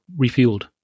refueled